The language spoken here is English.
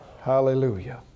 Hallelujah